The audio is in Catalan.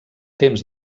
temps